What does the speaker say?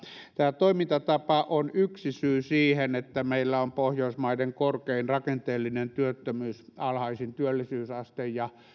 tämä toimintatapa on yksi syy siihen että meillä on pohjoismaiden korkein rakenteellinen työttömyys alhaisin työllisyysaste ja